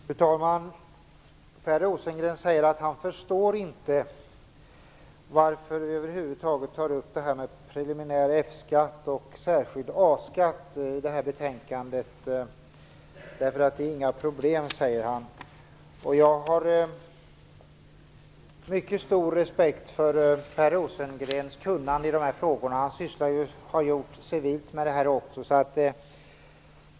Fru talman! Per Rosengren säger att han över huvud taget inte förstår varför vi tar upp detta med preliminär F-skatt och särskild A-skatt i det här betänkandet. Han säger att det inte är några problem. Jag har mycket stor respekt för Per Rosengrens kunnande i dessa frågor. Han har ju sysslat civilt med detta också.